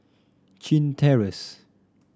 Chin Terrace